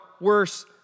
worse